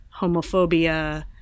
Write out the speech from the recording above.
homophobia